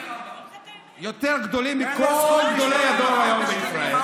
יותר גדולים מכל גדולי הדור היום בישראל,